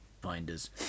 finders